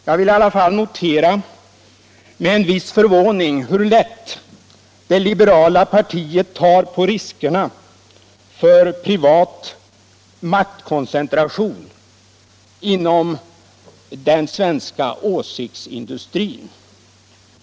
Jag noterar med en viss förvåning hur lätt det liberala partiet tar på riskerna för privat maktkoncentration inom den svenska åsiktsindustrin.